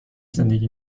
زندگی